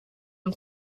and